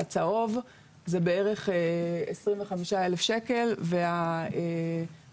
כשהצהוב זה בערך 25,000 שקלים